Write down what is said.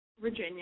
Virginia